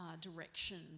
direction